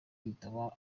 w’ibitabo